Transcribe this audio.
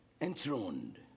enthroned